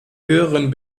höheren